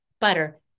butter